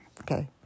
Okay